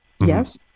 Yes